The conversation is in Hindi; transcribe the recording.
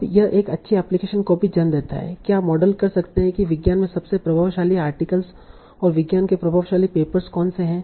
अब यह एक अच्छी एप्लीकेशन को भी जन्म देता है क्या आप मॉडल कर सकते हैं कि विज्ञान में सबसे प्रभावशाली आर्टिकल्स और विज्ञान के प्रभावशाली पेपर्स कौन से हैं